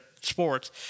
sports